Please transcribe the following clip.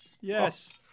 Yes